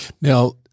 Now